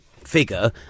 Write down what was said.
figure